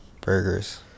Burgers